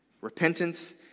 Repentance